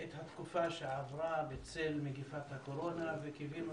את התקופה שעברה בצל מגפת הקורונה וקיווינו